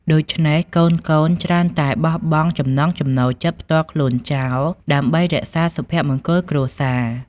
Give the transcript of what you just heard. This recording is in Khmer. ដូច្នេះកូនៗច្រើនតែបោះបង់ចំណង់ចំណូលចិត្តផ្ទាល់ខ្លួនចោល ដើម្បីរក្សាសុភមង្គលគ្រួសារ។